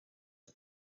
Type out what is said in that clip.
the